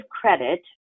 credit